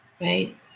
Right